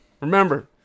Remember